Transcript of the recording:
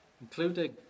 including